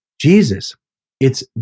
Jesus—it's